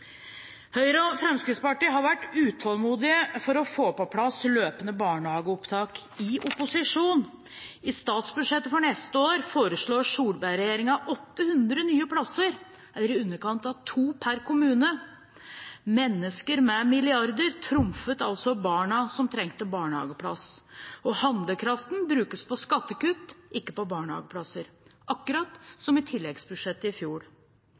Høyre og Fremskrittspartiet har i opposisjon vært utålmodige etter å få på plass løpende barnehageopptak. I statsbudsjettet for neste år foreslår Solberg-regjeringen 800 nye plasser eller i underkant av to per kommune. Mennesker med milliarder trumfet altså barna som trengte barnehageplass. Handlekraften brukes på skattekutt, ikke på barnehageplasser, akkurat som i tilleggsbudsjettet i fjor.